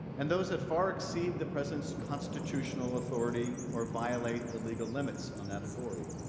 and those that far exceed the president's constitutional authority or violate the legal limits on that authority.